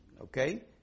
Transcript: Okay